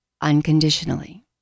unconditionally